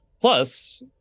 plus